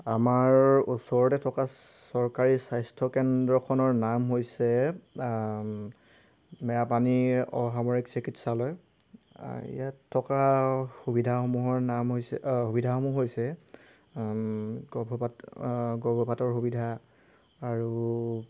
আমাৰ ওচৰতে থকা চৰকাৰী স্বাস্থ্য কেন্দ্ৰখনৰ নাম হৈছে মেৰাপানী অসামৰিক চিকিৎসালয় ইয়াত থকা সুবিধাসমূহৰ নাম হৈছে সুবিধাসমূহ হৈছে গৰ্ভপাত গৰ্ভপাতৰ সুবিধা আৰু